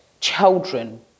children